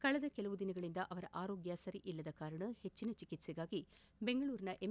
ಕಳೆದ ಕೆಲವು ದಿನಗಳಿಂದ ಅವರ ಆರೋಗ್ಯ ಸರಿಯಿಲ್ಲದ ಕಾರಣ ಹೆಚ್ಚನ ಚಿಕಿತ್ಸೆಗಾಗಿ ಬೆಂಗಳೂರಿನ ಎಂ